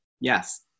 Yes